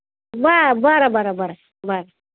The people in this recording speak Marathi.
ब बरं बरं बरं बर